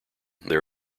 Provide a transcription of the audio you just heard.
there